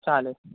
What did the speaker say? चालेल